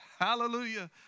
Hallelujah